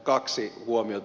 kaksi huomiota